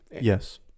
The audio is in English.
Yes